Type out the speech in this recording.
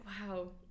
Wow